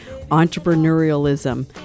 entrepreneurialism